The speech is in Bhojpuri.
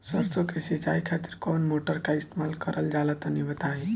सरसो के सिंचाई खातिर कौन मोटर का इस्तेमाल करल जाला तनि बताई?